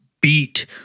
beat